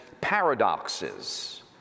paradoxes